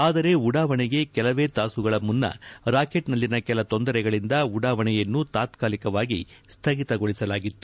ಆದರೆ ಉಡಾವಣೆಗೆ ಕೆಲವೇ ತಾಸುಗಳ ಮುನ್ನ ರಾಕೆಟ್ನಲ್ಲಿನ ಕೆಲ ತೊಂದರೆಗಳಿಂದ ಉಡಾವಣೆಯನ್ನು ತಾತ್ಕಾಲಿಕವಾಗಿ ಸ್ಥಗಿತಗೊಳಿಸಲಾಗಿತ್ತು